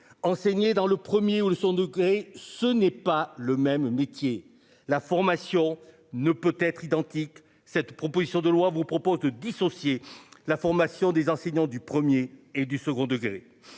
enseigner dans le premier ou le son degré, ce n'est pas le même métier, la formation ne peut être identiques. Cette proposition de loi vous propose de dissocier la formation des enseignants du 1er et du second degré.